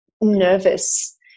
nervous